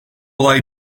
olay